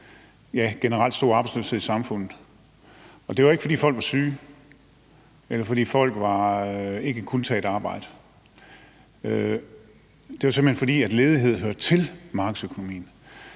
var generelt stor arbejdsløshed i samfundet. Det var ikke, fordi folk var syge, eller fordi folk ikke kunne tage et arbejde. Det var simpelt hen, fordi ledighed hørte til markedsøkonomien.